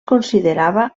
considerava